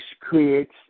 creates